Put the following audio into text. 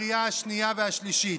לקריאה השנייה והשלישית.